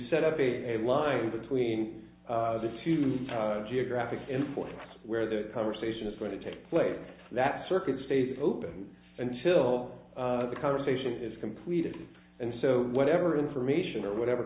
up a line between the two geographic information where the conversation is going to take place that circuit stays open until the conversation is completed and so whatever information or whatever